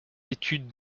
études